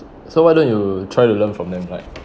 so why don't you try to learn from them like